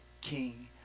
king